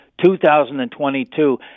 2022